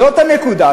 זאת הנקודה.